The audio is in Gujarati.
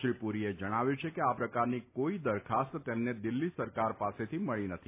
શ્રી પુરીએ જણાવ્યું છે કે આ પ્રકારની કોઇ દરખાસ્ત તેમને દિલ્હી સરકાર પાસેથી મળી નથી